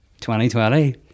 2020